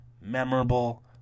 memorable